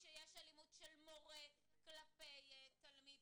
למה אתם לא משביתים כשיש אלימות של מורה כלפי תלמיד?